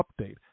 update